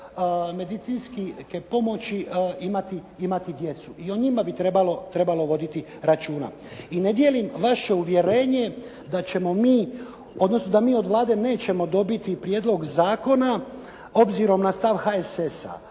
medicinske pomoći imati djecu, i o njima bi trebalo voditi računa. I ne dijelim vaše uvjerenje da ćemo mi odnosno da mi od Vlade nećemo dobiti prijedlog zakona obzirom na stav HSS-a.